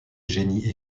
génie